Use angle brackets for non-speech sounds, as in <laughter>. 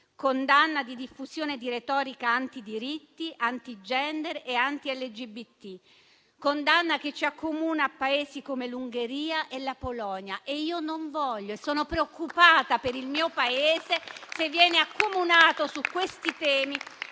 condanna di diffusione di retorica anti-diritti, anti-*gender* e anti-LGBT, condanna che ci accomuna a Paesi come l'Ungheria e la Polonia. <applause> Io non voglio e sono preoccupata per il mio Paese, se viene accomunato su questi temi